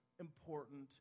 important